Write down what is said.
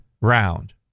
round